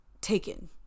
taken